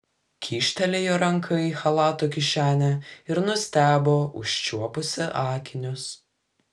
kyštelėjo ranką į chalato kišenę ir nustebo užčiuopusi akinius